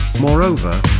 Moreover